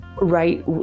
right